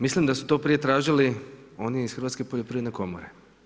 Mislim da su to prije tražili oni iz Hrvatske poljoprivredne komore.